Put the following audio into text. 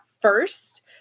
first